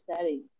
settings